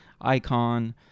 icon